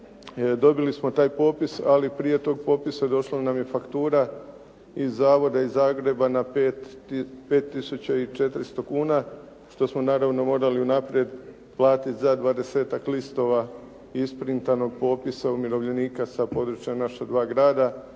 Dobili smo taj popis, ali prije toga popisa došla nam je faktura iz zavoda iz Zagreba na 5 tisuća i 400 kuna što smo naravno morali unaprijed platiti za 20-ak listova isprintanog popisa umirovljenika sa područja naša dva grada